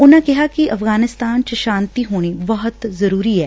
ਉਨਾ ਕਿਹਾ ਕਿ ਅਫਗਨਸਤਾਨ ਚ ਸ਼ਾਤੀ ਹੋਣੀ ਬਹੁਤ ਜਰੁਰੀ ਏ